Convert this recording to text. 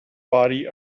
body